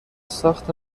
ساخت